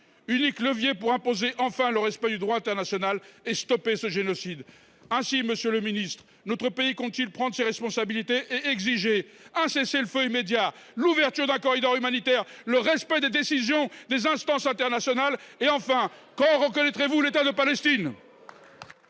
unique levier pour imposer enfin le respect du droit international et stopper le génocide. Monsieur le ministre, notre pays compte t il prendre ses responsabilités ? Entend il exiger un cessez le feu immédiat, l’ouverture d’un corridor humanitaire, le respect des décisions des instances internationales ? Enfin, quand reconnaîtrez vous l’État de Palestine ?